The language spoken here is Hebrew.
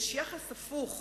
יש יחס הפוך,